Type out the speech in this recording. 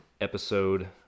episode